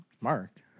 Mark